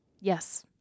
Yes